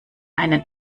einen